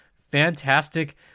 fantastic